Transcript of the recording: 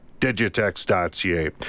Digitex.ca